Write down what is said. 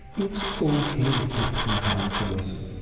it's okay to take some time to listen.